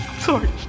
Sorry